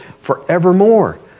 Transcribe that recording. forevermore